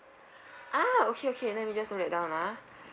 ah okay okay let me just note that down ah